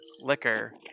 liquor